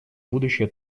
будущее